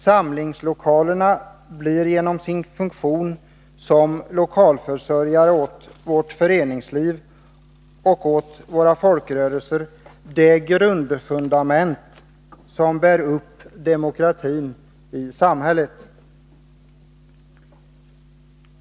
Samlingslokalerna blir genom sin funktion som lokalförsörjare åt vårt föreningsliv och åt våra folkrörelser det fundament som bär upp demokratin i samhället.